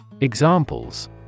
Examples